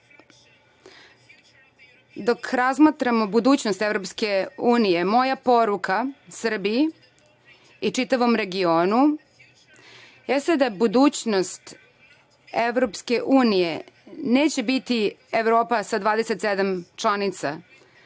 razmatramo budućnost EU, moja poruka Srbiji i čitavom regionu jeste da u budućnosti EU neće biti Evropa sa 27 članica